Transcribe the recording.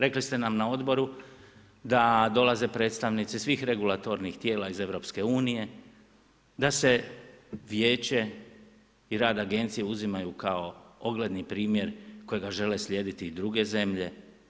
Rekli ste nam na Odboru da dolaze predstavnici svih regulatornih tijela iz EU, da se Vijeće i rad Agencije uzimaju kao ogledni primjer kojega žele slijediti i druge zemlje.